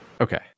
Okay